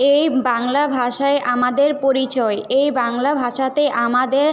এই বাংলা ভাষাই আমাদের পরিচয় এই বাংলা ভাষাতে আমাদের